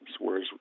whereas